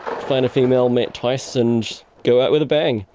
find a female, mate twice and go out with a bang.